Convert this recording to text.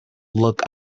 look